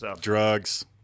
Drugs